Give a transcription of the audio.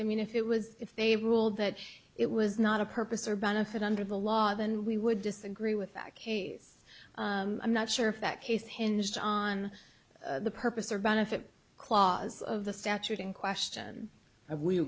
i mean if it was if they ruled that it was not a purpose or benefit under the law then we would disagree with that case i'm not sure if that case hinged on the purpose or benefit clause of the statute in question